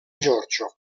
giorgio